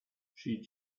schied